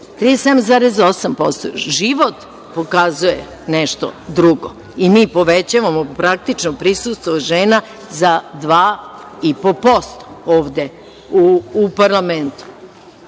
Život pokazuje nešto drugo i mi povećamo praktično prisustvo žena za 2,5% ovde u parlamentu.